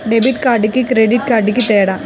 Debit కార్డుకి credit కార్డుకి తేడా?